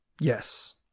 Yes